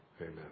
Amen